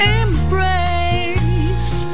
embrace